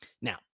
Now